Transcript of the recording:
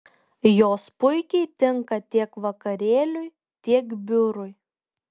jos puikiai tinka tiek vakarėliui tiek biurui